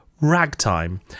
Ragtime